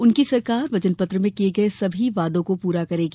उनकी सरकार वचन पत्र में किये गये सभी वादों को पूरा करेगी